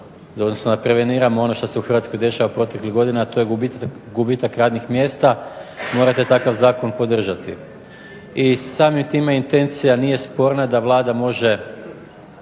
da preveniramo ono što se u Hrvatskoj dešava proteklih godina, a to je gubitak radnih mjesta, morate takav zakon podržati. I samim time intencija nije sporna da Vlada može